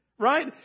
Right